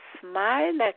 smile